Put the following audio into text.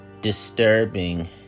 disturbing